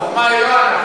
החוכמה היא לא אנחנו.